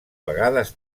vegades